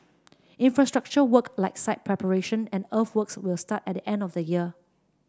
infrastructure work like site preparation and earthworks will start at the end of this year